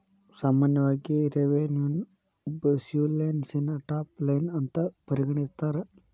ಸಾಮಾನ್ಯವಾಗಿ ರೆವೆನ್ಯುನ ಬ್ಯುಸಿನೆಸ್ಸಿನ ಟಾಪ್ ಲೈನ್ ಅಂತ ಪರಿಗಣಿಸ್ತಾರ?